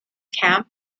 camp